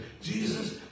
Jesus